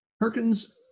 Perkins